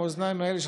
המאזניים האלה,